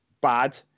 bad